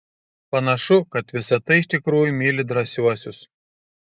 panašu kad visata iš tikrųjų myli drąsiuosius